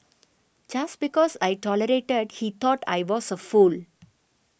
just because I tolerated he thought I was a fool